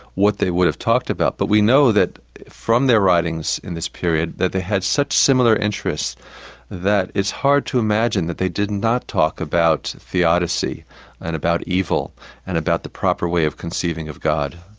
what they would have talked about. but we know that from their writings in this period, that they had similar interests that it's hard to imagine that they did not talk about theodicy and about evil and about the proper way of conceiving of god.